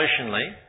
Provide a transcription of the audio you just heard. emotionally